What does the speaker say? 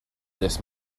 this